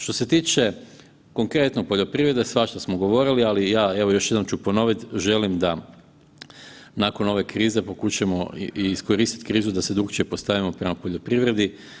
Što se tiče konkretno poljoprivredne svašta smo govorili, ali ja evo još jednom ću ponovit želim da nakon ove krize pokušajmo i iskoristit krizu da se drukčije postavimo prema poljoprivredi.